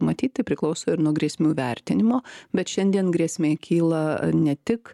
matyti priklauso ir nuo grėsmių vertinimo bet šiandien grėsmė kyla ne tik